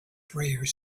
prayers